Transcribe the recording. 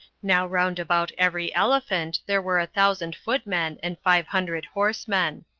now round about every elephant there were a thousand footmen, and five hundred horsemen.